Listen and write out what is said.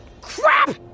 crap